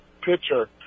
picture